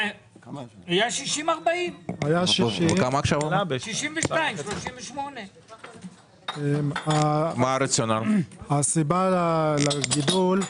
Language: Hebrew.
היה 60-40. עכשיו 62-38. הסיבה לגידול,